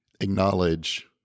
acknowledge